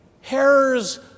hairs